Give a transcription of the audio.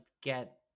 get